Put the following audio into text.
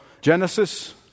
Genesis